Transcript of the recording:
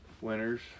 winners